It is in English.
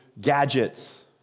gadgets